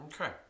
Okay